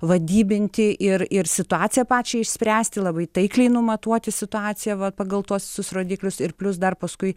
vadybinti ir ir situaciją pačią išspręsti labai taikliai numatuoti situaciją vat pagal tuos visus rodiklius ir plius dar paskui